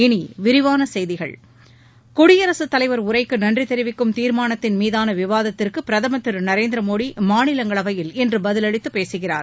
இனி விரிவான செய்திகள் குடியரசுத் தலைவர் உரைக்கு நன்றி தெரிவிக்கும் தீர்மானத்தின் மீதான விவாதத்திற்கு பிரதமர் திரு நரேந்திர மோடி மாநிலங்களவையில் இன்று பதிலளித்து பேசுகிறார்